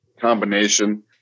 combination